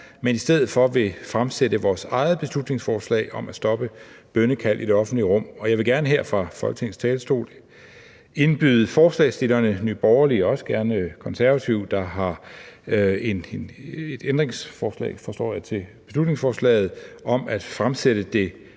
men i stedet for vil fremsætte vores eget beslutningsforslag om at stoppe bønnekald i det offentlige rum. Og jeg vil gerne her fra Folketingets talerstol indbyde forslagsstillerne fra Nye Borgerlige, også gerne Konservative, der har et ændringsforslag, forstår jeg, til beslutningsforslaget, om at fremsætte det